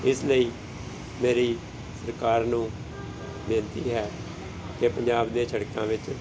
ਇਸ ਲਈ ਮੇਰੀ ਸਰਕਾਰ ਨੂੰ ਬੇਨਤੀ ਹੈ ਕਿ ਪੰਜਾਬ ਦੀ ਸੜਕਾਂ ਵਿੱਚ